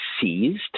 seized